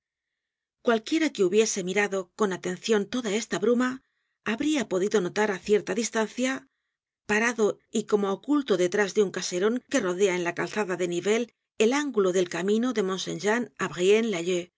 cualquiera que hubiese mirado con atencion toda esta bruma habria podido notar á cierta distancia parado y como oculto detrás de un caseron que rodea en la calzada de nivelles el ángulo del camino de montsaint jean á